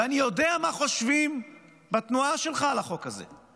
ואני יודע מה חושבים בתנועה שלך על החוק הזה.